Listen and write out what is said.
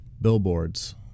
billboards